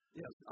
yes